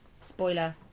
Spoiler